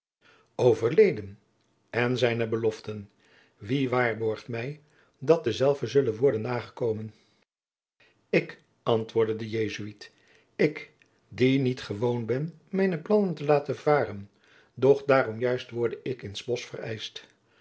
overleden en zijne beloften wie waarborgt mij dat dezelve zullen worden naargekomen ik antwoordde de jesuit ik die niet gewoon ben mijne plannen te laten varen doch daarom juist worde ik in s bosch